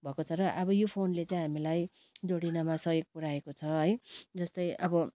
भएको छ र अब यो फोनले चाहिँ हामीलाई जोडिनमा सहयोग पुऱ्याएको छ है जस्तै अब